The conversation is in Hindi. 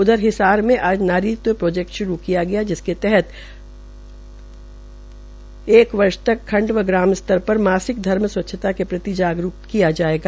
उधर हिसार में आज नारीतब प्रोजेट शुरू किया गया जिसके तहत एक वर्ष तक खंड व ग्राम स्तर पर मासिक धर्म स्वच्छता के प्रति जागरूक किया जायेगा